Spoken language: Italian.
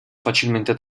facilmente